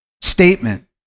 statement